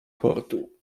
portu